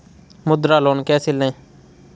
मुद्रा लोन कैसे ले?